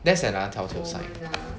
that's another telltale sign